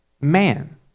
man